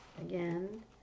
again